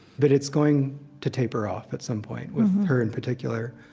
but it's going to taper off at some point, with her in particular.